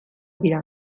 dira